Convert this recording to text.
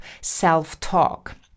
self-talk